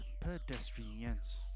pedestrians